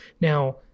Now